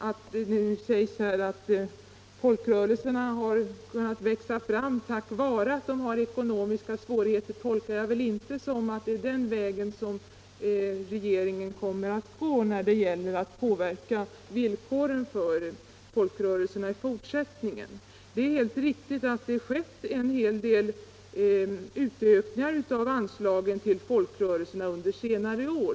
Att han nu säger att folkrörelserna har kunnat växa fram tack vare ekonomiska svårigheter tolkar jag inte så att det är den vägen regeringen önskar gå när det gäller att påverka villkoren för folkrörelserna i fortsättningen. Det är helt riktigt att det skett en hel del utökningar av anslagen till folkrörelserna under senare år.